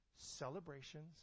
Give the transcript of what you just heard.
celebrations